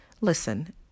listen